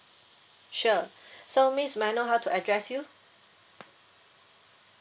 sure so miss may I know how to address you